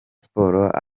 sport